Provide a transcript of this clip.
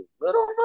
Little